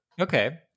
Okay